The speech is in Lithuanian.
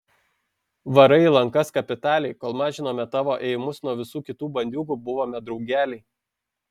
varai į lankas kapitaliai kol mažinome tavo ėjimus nuo visų kitų bandiūgų buvome draugeliai